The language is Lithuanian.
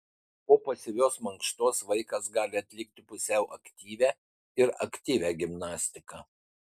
po pasyvios mankštos vaikas gali atlikti pusiau aktyvią ir aktyvią gimnastiką